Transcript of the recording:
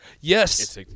Yes